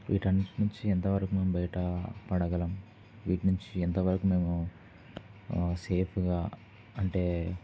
వీటన్నింటి నుంచి ఎంతవరకు మేము బయట పడగలం వీటి నుంచి ఎంతవరకు మేము సేఫ్గా అంటే